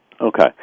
okay